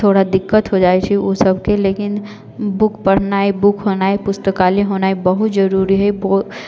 थोड़ा दिक्कत हो जाइ छै उसब के लेकिन बुक पढ़नाइ बुक होनाइ पुस्तकालय होनाइ बहुत जरूरी हइ